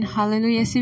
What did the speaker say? Hallelujah